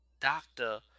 doctor